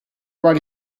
write